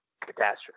catastrophe